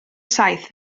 saith